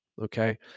Okay